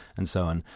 and so on.